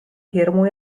hirmu